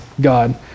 God